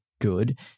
good